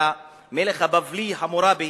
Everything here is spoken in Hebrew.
שהמלך הבבלי חמורבי